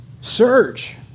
Search